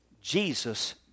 Jesus